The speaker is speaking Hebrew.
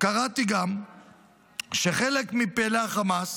קראתי גם שחלק מפעילי החמאס